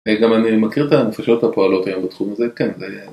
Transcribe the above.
גם אני מכיר את הנפשות הפועלות היום בתחום הזה, כן, זה היה...